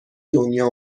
دنیا